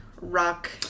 rock